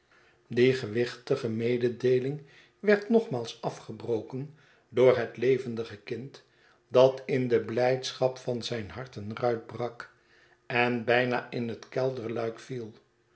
die gewichtige mededeeling werd nogmaals afgebroken door het levendige kind dat in de blijdschap van zijn hart een ruit brak en bijna in het kelderluik viel